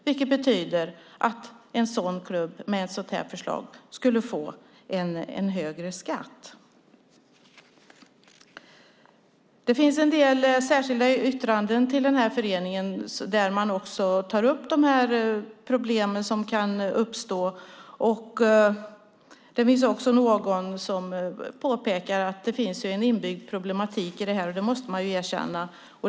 Det betyder att en sådan klubb med ett sådant här förslag skulle få en högre skatt. Det finns en del särskilda yttranden med anledning av utredningen som också tar upp de problem som kan uppstå, och det finns också några som påpekar att det finns en inbyggd problematik i detta. Det måste man erkänna.